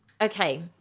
okay